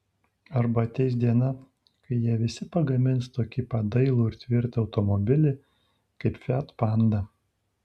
arba ateis diena kai jie visi pagamins tokį pat dailų ir tvirtą automobilį kaip fiat panda